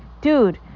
dude